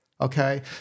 okay